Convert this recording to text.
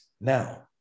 now